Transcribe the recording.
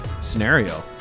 scenario